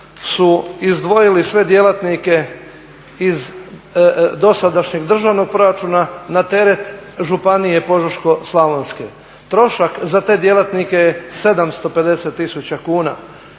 su izdvojili sve djelatnike iz dosadašnjeg državnog proračuna na teret županije Požeško-slavonske. Trošak za te djelatnike je 750 tisuća kuna.